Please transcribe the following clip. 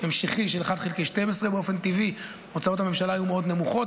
המשכי של 1 חלקי 12. באופן טבעי הוצאות הממשלה היו מאוד נמוכות.